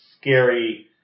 scary